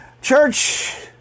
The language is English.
church